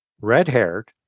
red-haired